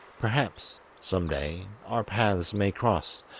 perhaps, some day, our paths may cross,